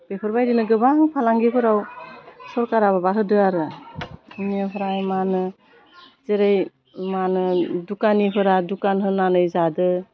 बेफोरबायदिनो गोबां फालांगिफोराव सरकारा माबा होदो आरो बिनिफ्राय मा होनो जेरै मा होनो दुखानिफोरा दुखान होनानै जादो